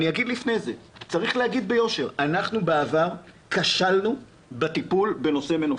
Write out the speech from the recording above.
צריך להגיד ביושר שאנחנו בעבר כשלנו בטיפול בנושא המנופים.